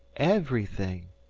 everything,